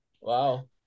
Wow